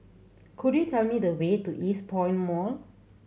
could you tell me the way to Eastpoint Mall